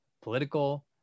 political